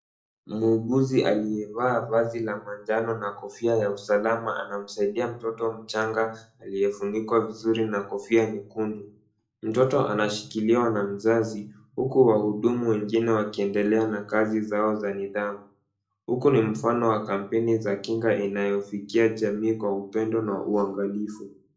Muuguzi aliyevaa vazi la manjano na kofia ya usalama anamsaidia mtoto mchanga aliyefunikwa vizuri na kofia nyekundu. Mtoto anashikiliwa na mzazi, huku wahudumu wengine wakiendelea na kazi zao za nidhamu , huku ni mfano wa kampeni za kinga inayofikia jamii kwa upendo na uangalifu.